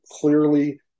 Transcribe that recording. clearly